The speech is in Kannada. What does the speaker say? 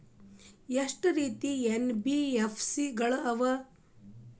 ಎಷ್ಟ ರೇತಿ ಎನ್.ಬಿ.ಎಫ್.ಸಿ ಗಳ ಅವ?